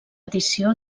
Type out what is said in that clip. edició